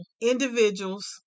individuals